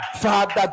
father